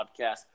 podcast